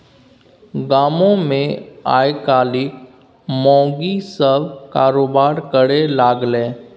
गामोमे आयकाल्हि माउगी सभ कारोबार करय लागलै